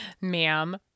Ma'am